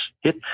hit